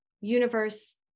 universe